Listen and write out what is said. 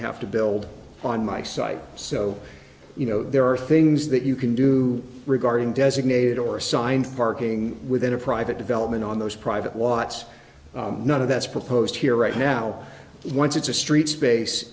have to build on my site so you know there are things that you can do regarding designated or assigned parking within a private development on those private watts none of that's proposed here right now once it's a street space